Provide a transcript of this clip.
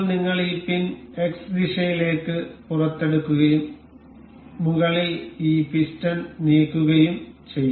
ഇപ്പോൾ നിങ്ങൾ ഈ പിൻ X ദിശയിലേക്ക് പുറത്തെടുക്കുകയും മുകളിൽ ഈ പിസ്റ്റൺ നീക്കുകയും ചെയ്യും